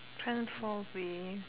transforming